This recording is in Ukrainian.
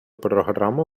програму